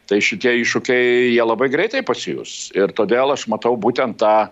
tai šitie iššūkiai jie labai greitai pasijus ir todėl aš matau būtent tą